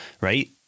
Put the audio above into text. right